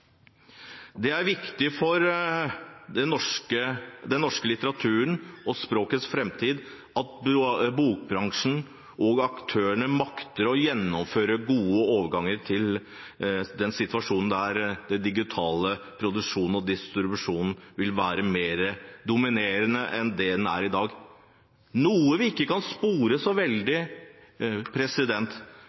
Det er viktig for den norske litteraturen og språkets framtid at bokbransjen og -aktørene makter å gjennomføre gode overganger til en situasjon der digital produksjon og distribusjon vil være mer dominerende enn i dag – vi kan ikke spore